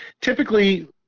typically –